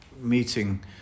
meeting